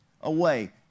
away